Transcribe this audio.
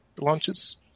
launches